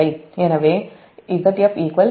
எனவே Zf 0